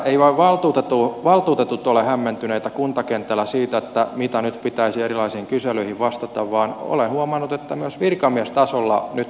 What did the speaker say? eivät vain valtuutetut ole hämmentyneitä kuntakentällä siitä mitä nyt pitäisi erilaisiin kyselyihin vastata vaan olen huomannut että myös virkamiestasolla nyt haparoidaan